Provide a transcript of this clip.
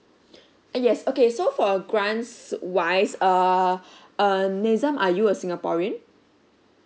uh yes okay so for a grants wise uh uh nizam are you a singaporean